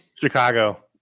chicago